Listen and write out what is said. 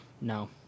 No